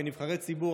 כנבחרי ציבור,